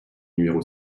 numéro